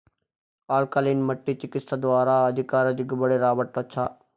alkaline మట్టి చికిత్స ద్వారా అధిక దిగుబడి రాబట్టొచ్చా